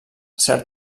cert